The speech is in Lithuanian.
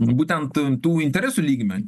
būtent tų interesų lygmeniu